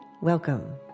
Welcome